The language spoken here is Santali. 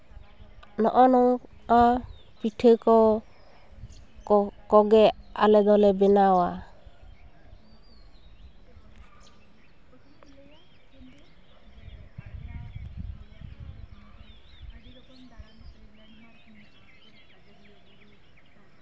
ᱱᱚᱜᱼᱚ ᱱᱚᱝᱠᱟ ᱯᱤᱴᱷᱟᱹ ᱠᱚ ᱠᱚ ᱠᱚᱜᱮ ᱟᱞᱮ ᱫᱚᱞᱮ ᱵᱮᱱᱟᱣᱟ